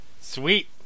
Sweet